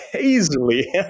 easily